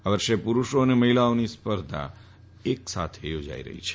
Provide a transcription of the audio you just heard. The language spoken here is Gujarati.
આ વર્ષે પુરૂષો અને મહિલાઓની સ્પર્ધા એક સાથે યોજાઈ છે